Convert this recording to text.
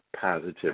Positive